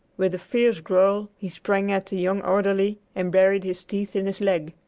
with a fierce growl he sprang at the young orderly and buried his teeth in his leg.